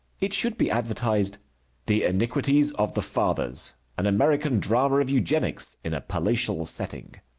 it should be advertised the iniquities of the fathers, an american drama of eugenics, in a palatial setting.